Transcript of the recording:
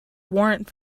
warrant